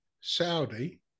Saudi